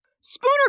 Spooner